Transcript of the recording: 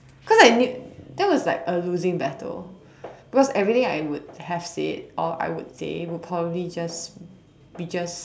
cause I knew that was like a loosing battle because everything I would have said or I would say would probably just be just